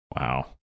Wow